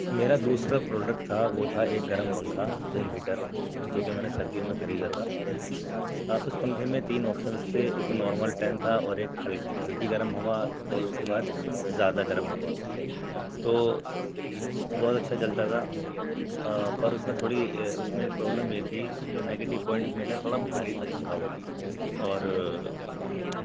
ہندوستان میں صحت کی دیکھ بھال کا نظام کافی اچھا پر اسے اگر دوسرے دیش کی سے موازنہ کیا جائے تو ان کی حالت تھوڑی خراب ہے دوسرے دیشوں میں دیکھا جاتا ہے کہ وہاں کی میڈیکل کالیجیز اچھی ہے ہاسپیٹلس کافی اچھے اچھے ہیں ڈاکٹرس بھی ہائی لیول کے ہوتے ہیں پر ہندوستان میں ان سب کی تھوڑی کمی ہے